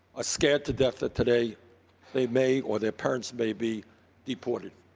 are scared to death that today they may or their parents may be deported.